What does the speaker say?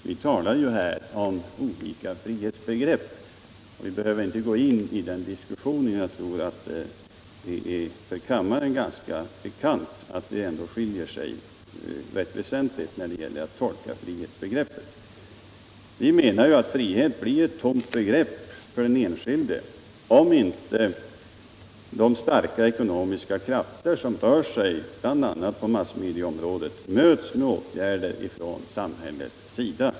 Vi talar ju här om olika frihetsbegrepp men behöver inte nu gå in på någon diskussion om den saken. Jag tror att det för kammarens ledamöter är bekant att det ändå skiljer sig rätt väsentligt i fråga om tolkningen av frihetsbegreppet. Vi menar att frihet blir ett tomt begrepp för den enskilde, om inte de starka ekonomiska krafter som rör sig på bl.a. massmedieområdet möts med åtgärder från samhällets sida.